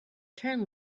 turn